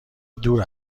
دور